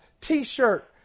T-shirt